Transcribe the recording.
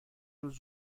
روز